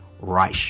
Reich